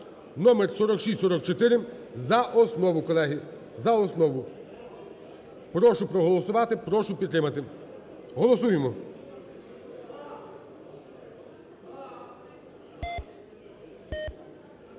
(номер 4644). За основу колеги, за основу. Прошу проголосувати, прошу підтримати. Голосуємо.